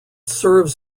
serves